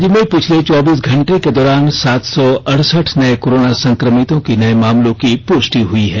राज्य में पिछले चौबीस घंटे के दौरान सात सौ अड़सठ नए कोरोना संक्रमितों के नये मामलों की पुष्टि हुई है